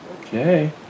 Okay